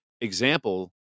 example